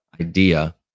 idea